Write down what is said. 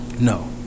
No